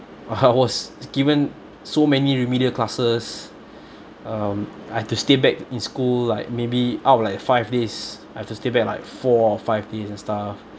I was given so many remedial classes um I have to stay back in school like maybe out of like five days I have to stay back like four or five days and stuff